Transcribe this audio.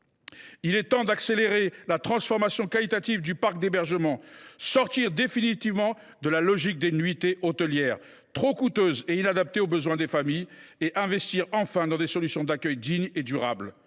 Il est temps d’accélérer la transformation qualitative du parc d’hébergement. Il faut sortir définitivement de la logique des nuitées hôtelières, trop coûteuses et inadaptées aux besoins des familles, et investir dans des solutions d’accueil dignes et durables.